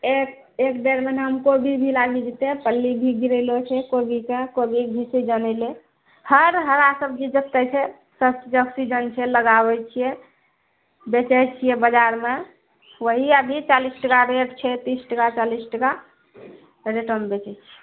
एक एक डेढ महिनामे कोबी भी लागि जेतै पल्ली भी गिरैलो छै कोबी कऽ हर हरा सब्जी जते छै सब जते कऽ सीजन छै लगाबै छियै बेचै छियै बजारमे ओएह अभी चालीस टाका रेट छै तीस टाका चालीस टाका रेटमे बेचै छियै